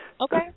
Okay